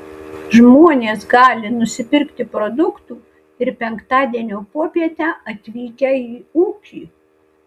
žmonės gali nusipirkti produktų ir penktadienio popietę atvykę į ūkį